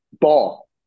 ball